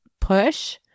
push